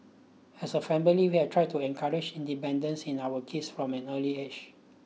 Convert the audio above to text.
as a family we have tried to encourage independence in our kids from an early age